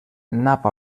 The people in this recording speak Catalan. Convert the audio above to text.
nap